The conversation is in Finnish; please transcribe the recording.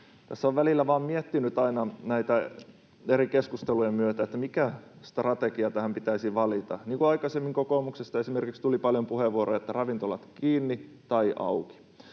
Tässä on välillä vain miettinyt aina näiden eri keskustelujen myötä, että mikä strategia tähän pitäisi valita. Niin kuin aikaisemmin kokoomuksesta esimerkiksi tuli paljon puheenvuoroja, että ravintolat kiinni tai auki,